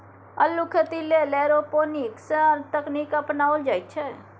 अल्लुक खेती लेल एरोपोनिक्स तकनीक अपनाओल जाइत छै